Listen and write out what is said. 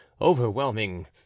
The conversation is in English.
overwhelming